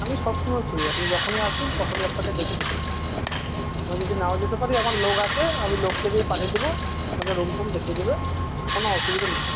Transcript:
আমি সবসময় ফ্রি আপনি যখনই আসবেন তখনই আপনাকে দেখিয়ে দিতে আমি যদি নাও যেতে পারি আমার লোক আছে আমি লোককে দিয়ে পাঠিয়ে দিবো আপনাদের রুম ফুম দেখিয়ে দিবে কোনো অসুবিধা নেই